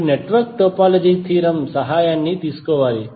మీరు network topology theorem సహాయం తీసుకోవాలి